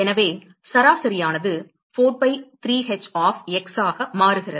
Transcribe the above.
எனவே சராசரியானது 4 by 3 h of x ஆக மாறுகிறது